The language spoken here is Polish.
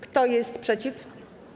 Kto jest przeciw?